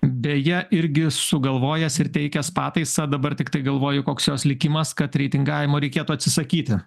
beje irgi sugalvojęs ir teikęs pataisą dabar tiktai galvoju koks jos likimas kad reitingavimo reikėtų atsisakyti